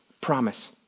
promise